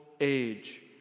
age